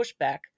pushback